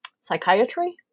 psychiatry